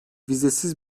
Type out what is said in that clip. vizesiz